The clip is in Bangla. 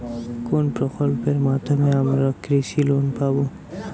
কোন প্রকল্পের মাধ্যমে আমরা কৃষি লোন পাবো?